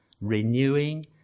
renewing